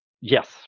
Yes